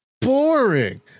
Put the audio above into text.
Boring